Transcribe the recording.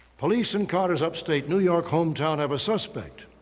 police in carter's upstate new york hometown have a suspect.